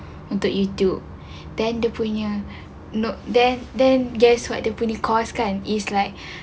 untuk youtube then dia punya no then then guess dia punya course kan is like